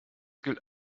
gilt